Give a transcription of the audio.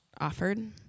offered